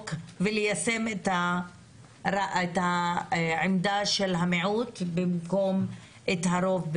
וליישם את עמדת המיעוט בוועדה ולא את עמדת הרוב.